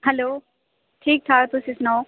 hello ठीक ठाक तुस सनाओ